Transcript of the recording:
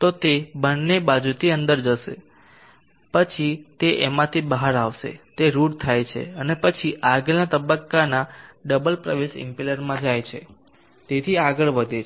તો તે બંને બાજુથી અંદર જશે પછી તે આમાંથી બહાર આવશે તે રૂટ થાય છે અને પછી આગળના તબક્કાના ડબલ પ્રવેશ ઇમ્પેલરમાં જાય છે તેથી આગળ વધે છે